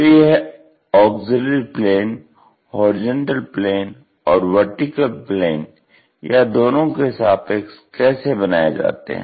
तो यह auxiliary plane HP और VP या दोनों के सापेक्ष कैसे बनाये जाते हैं